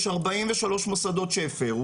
יש 43 מוסדות שהפרו